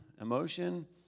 emotion